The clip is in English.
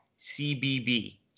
CBB